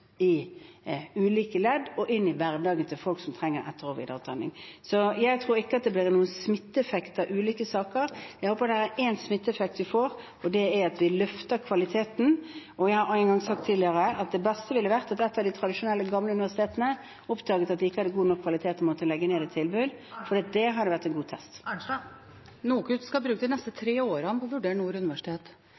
i ulike ledd og inn i hverdagen til folk som trenger etter- og videreutdanning. Jeg tror ikke det blir noen smitteeffekt av ulike saker. Jeg håper vi får én smitteeffekt, og det er at vi løfter kvaliteten. Jeg har sagt tidligere at det beste ville vært at et av de tradisjonelle, gamle universitetene hadde oppdaget at de ikke hadde god nok kvalitet og måtte legge ned et tilbud. Det hadde vært en god test. : Marit Arnstad – til oppfølgingsspørsmål. NOKUT skal bruke de neste tre årene på å vurdere Nord universitet,